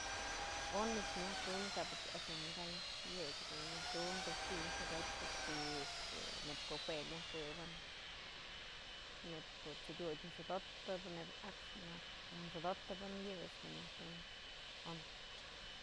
On ëch nyaj tum, kap at'sëm kay yë ëch jadun nyajtum koch dun ti'i xëdotyë, koch ti'i neyb ko'o jue myaj këbën. neyb ko'o t'sedyutë xodotëp, neyb ko'o a'ax xodotëp yë jedun nyaj tum on.